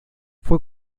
fue